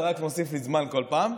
זה רק מוסיף לי זמן כל פעם.